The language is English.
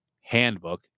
handbook